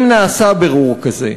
2. אם נעשה בירור כזה,